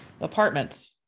apartments